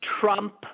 Trump